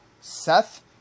Seth